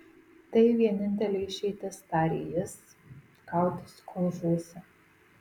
tai vienintelė išeitis tarė jis kautis kol žūsi